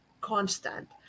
constant